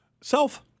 self